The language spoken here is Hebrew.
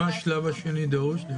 ליאנה, למה השלב השני דרוש?